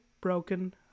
broken